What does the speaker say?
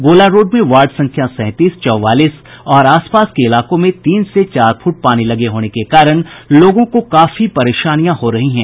गोला रोड में वार्ड संख्या सैंतीस चौवालीस और आसपास के इलाकों में तीन से चार फूट पानी लगे होने के कारण लोगों को काफी परेशानियां हो रही हैं